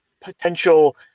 potential